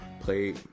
play